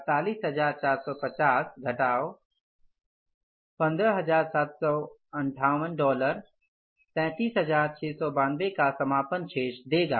इसलिए 48450 घटाव १५७५८ डॉलर 37692 का समापन शेष देगा